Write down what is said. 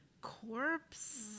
corpse